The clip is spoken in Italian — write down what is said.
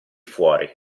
fuori